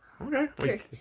Okay